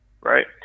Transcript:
right